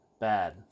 Bad